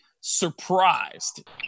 surprised